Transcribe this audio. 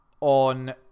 on